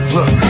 Look